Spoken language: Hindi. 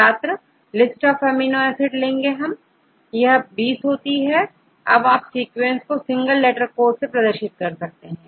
छात्र लिस्ट आफ अमीनो एसिड कम से कम कितने अमीनो एसिड छात्र 20 यदि आप सीक्विंस को सिंगल लेटर कोड से प्रदर्शित करते हैं